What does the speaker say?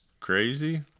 crazy